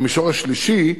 המישור השלישי,